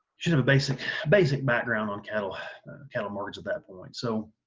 should have a basic basic background on cattle cattle markets at that point. so,